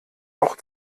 auch